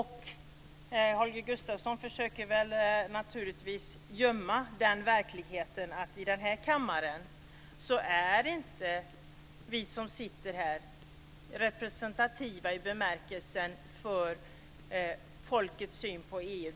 Holger Gustafsson försöker naturligtvis gömma den verkligheten att vi som sitter i den här kammaren inte är representativa för folkets syn på EU.